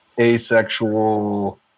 asexual